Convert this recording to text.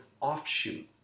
offshoot